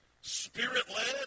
spirit-led